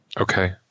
Okay